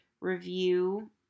review